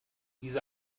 diese